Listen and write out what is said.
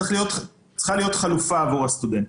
צריכה להיות חלופה עבור הסטודנט.